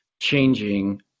changing